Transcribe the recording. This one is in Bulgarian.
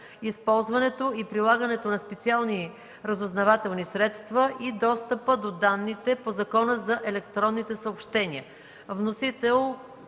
използването и прилагането на специални разузнавателни средства и достъпа до данните по Закона за електронните съобщения. 8.